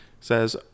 says